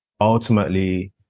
ultimately